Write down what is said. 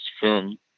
film